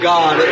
God